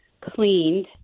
cleaned